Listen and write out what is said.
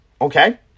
okay